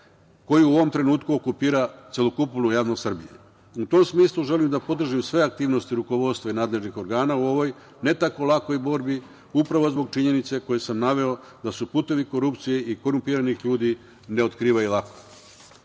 koji u ovom trenutku okupira celokupnu javnost Srbije.U tom smislu, želim da podržim sve aktivnosti rukovodstva i nadležnih organa u ovoj ne tako lakoj borbi, upravo zbog činjenice koje sam naveo, da su putevi korupcije i korumpiranih ljudi ne otkrivaju lako,